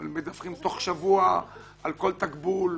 אבל הם מדווחים תוך שבוע על כל תקבול,